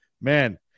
man